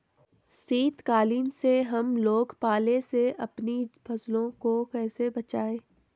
शीतकालीन में हम लोग पाले से अपनी फसलों को कैसे बचाएं?